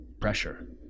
pressure